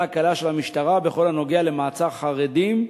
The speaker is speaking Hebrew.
הקלה של המשטרה בכל הנוגע למעצר חרדים,